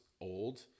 old